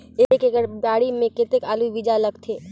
एक एकड़ बाड़ी मे कतेक आलू बीजा लगथे?